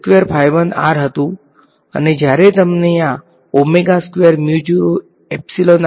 તેથી આ સીમ્પ્લીફીકેશન સાથે ચાલો આપણે બંને રીજીયન માટે હેલ્મહોલ્ટ્ઝ સમીકરણો લખીએ